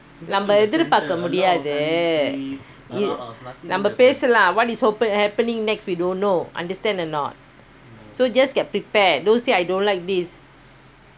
நாமஎதிர்பாக்கமுடியாது:naama ethir paakamudiyaathu mah நாமபேசலாம்:naama pesalam happening next we don't know understand a not so just get prepared don't say I don't like this